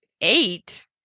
eight